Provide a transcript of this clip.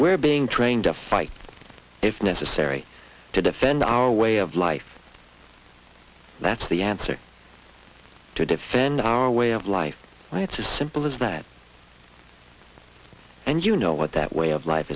we're being trained to fight if necessary to defend our way of life that's the answer to defend our way of life it's as simple as that and you know what that way of life